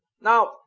Now